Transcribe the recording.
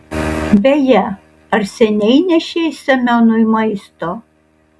beje ar seniai nešei semionui maisto